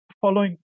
following